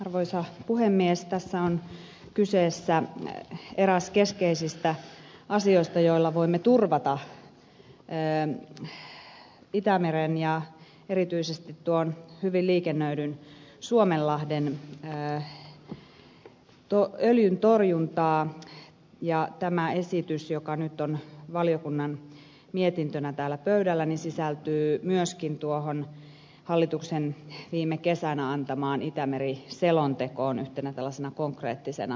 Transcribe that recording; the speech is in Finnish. tässä on kyseessä eräs keskeisistä asioista joilla voimme turvata itämeren ja erityisesti tuon hyvin liikennöidyn suomenlahden öljyntorjuntaa ja tämä esitys joka nyt on valiokunnan mietintönä täällä pöydällä sisältyy myöskin tuohon hallituksen viime kesänä antamaan itämeri selontekoon yhtenä tällaisena konkreettisena toimenpiteenä